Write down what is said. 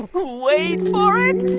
wait for